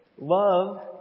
love